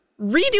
redo